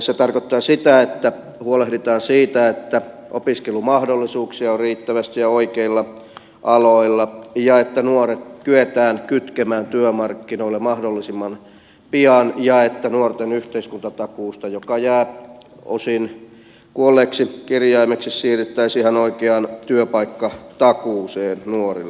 se tarkoittaa sitä että huolehditaan siitä että opiskelumahdollisuuksia on riittävästi ja oikeilla aloilla ja että nuoret kyetään kytkemään työmarkkinoille mahdollisimman pian ja että nuorten yhteiskuntatakuusta joka jää osin kuolleeksi kirjaimeksi siirryttäisiin ihan oikeaan työpaikkatakuuseen nuorille